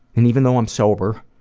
and even though i'm sober,